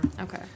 Okay